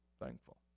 thankful